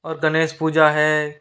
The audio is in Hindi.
और गणेश पूजा है